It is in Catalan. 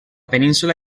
península